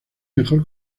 mejor